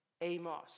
Amos